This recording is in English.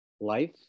life